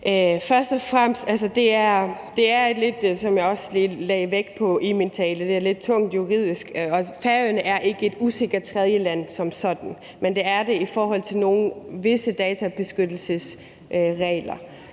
i min tale – er det lidt tungt juridisk, og Færøerne er ikke et usikkert tredjeland som sådan, men det er det i forhold til visse databeskyttelsesregler.